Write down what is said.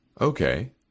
Okay